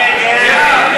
נמנעים,